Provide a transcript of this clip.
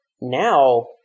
now